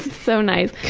so nice.